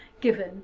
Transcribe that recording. given